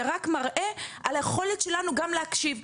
זה רק מראה על היכולת שלנו גם להקשיב,